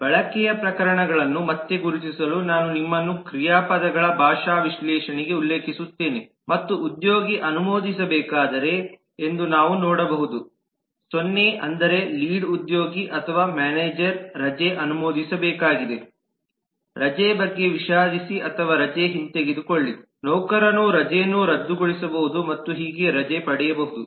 ಬಳಕೆಯ ಪ್ರಕರಣಗಳನ್ನು ಮತ್ತೆ ಗುರುತಿಸಲು ನಾನು ನಿಮ್ಮನ್ನು ಕ್ರಿಯಾಪದಗಳ ಭಾಷಾ ವಿಶ್ಲೇಷಣೆಗೆ ಉಲ್ಲೇಖಿಸುತ್ತೇನೆ ಮತ್ತು ಉದ್ಯೋಗಿ ಅನುಮೋದಿಸಬೇಕಾಗಿದೆ ಎಂದು ನಾವು ನೋಡಬಹುದು o ಅಂದರೆ ಲೀಡ್ ಉದ್ಯೋಗಿ ಅಥವಾ ಮ್ಯಾನೇಜರ್ ರಜೆ ಅನುಮೋದಿಸಬೇಕಾಗಿದೆ ರಜೆ ಬಗ್ಗೆ ವಿಷಾದಿಸಿ ಅಥವಾ ರಜೆ ಹಿಂತೆಗೆದುಕೊಳ್ಳಿ ನೌಕರನು ರಜೆಯನ್ನು ರದ್ದುಗೊಳಿಸಬಹುದು ಮತ್ತು ಹೀಗೆ ರಜೆ ಪಡೆಯಬಹುದು